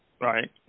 right